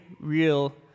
real